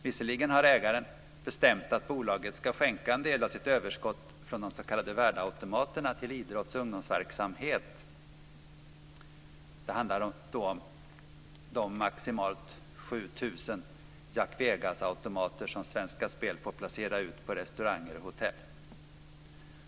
Visserligen har ägaren bestämt att bolaget ska skänka en del av sitt överskott från de s.k. värdeautomaterna till idrotts och ungdomsverksamhet. Det handlar om de maximalt 7 000 Jack Vegas-automater som Svenska Spel får placera ut på restauranger och hotell.